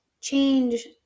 change